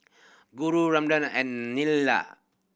Guru Ramden and Neila